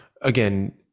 Again